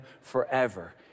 forever